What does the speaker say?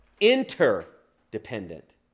interdependent